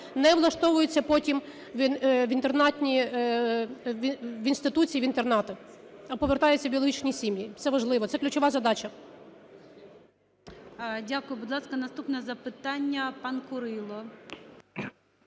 не влаштовуються потім в інтернатні інституції, в інтернати, а повертаються в біологічні сім'ї. Це важливо, це ключова задача. ГОЛОВУЮЧИЙ. Дякую. Будь ласка, наступне запитання – пан Курило.